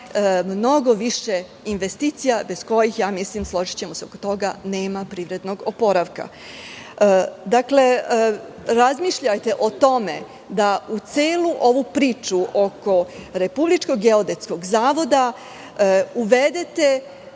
mnogo više investicija, bez kojih, složićemo se oko toga, nema privrednog oporavka. Dakle, razmišljajte o tome da u celu ovu priču oko Republičkog geodetskog zavoda uvedete